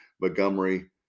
Montgomery